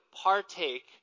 partake